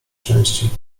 części